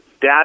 dad